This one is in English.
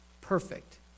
Perfect